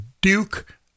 Duke